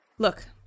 Look